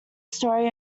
story